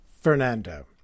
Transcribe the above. fernando